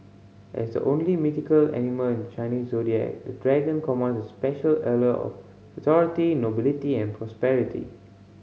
as the only mythical animal in Chinese Zodiac the Dragon commands a special allure of authority nobility and prosperity